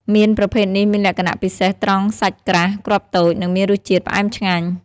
មៀនប្រភេទនេះមានលក្ខណៈពិសេសត្រង់សាច់ក្រាស់ គ្រាប់តូច និងមានរសជាតិផ្អែមឆ្ងាញ់។